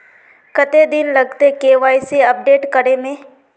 कते दिन लगते के.वाई.सी अपडेट करे में?